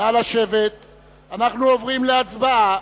אנחנו עוברים להצבעה.